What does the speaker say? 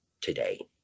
today